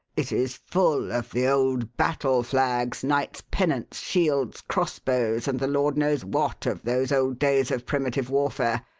it is full of the old battle flags, knights' pennants, shields, cross-bows, and the lord knows what of those old days of primitive warfare.